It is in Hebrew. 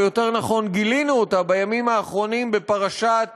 או יותר נכון גילינו אותה בימים האחרונים בפרשת